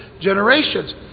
generations